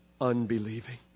unbelieving